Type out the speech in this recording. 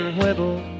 whittle